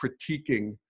critiquing